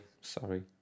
sorry